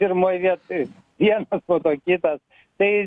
pirmoj vietoj jiem po to kitas tai